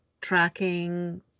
tracking